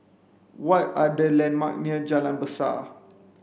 what are the landmark near Jalan Besar